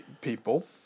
people